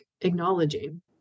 acknowledging